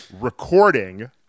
recording